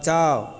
बचाउ